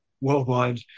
worldwide